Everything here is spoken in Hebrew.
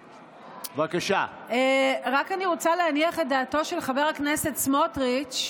אני רק רוצה להניח את דעתו של חבר הכנסת סמוטריץ',